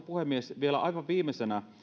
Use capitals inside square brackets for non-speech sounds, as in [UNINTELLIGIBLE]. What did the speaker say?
[UNINTELLIGIBLE] puhemies vielä aivan viimeisenä